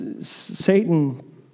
Satan